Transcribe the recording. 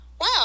wow